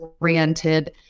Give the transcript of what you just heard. oriented